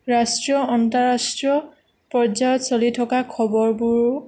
ৰাষ্ট্ৰীয় আন্তঃৰাষ্ট্ৰীয় পৰ্যায়ত চলি থকা খবৰবোৰো